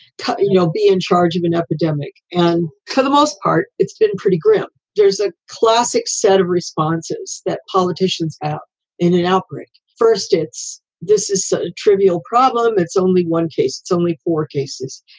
you'll be in charge of an epidemic. and for the most part, it's been pretty grim. there's a classic set of responses that politicians out in an outbreak. first, it's this is a trivial problem. it's only one case. it's only four cases.